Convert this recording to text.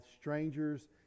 strangers